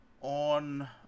on